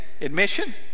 admission